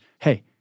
hey